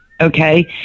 okay